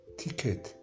ticket